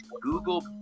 Google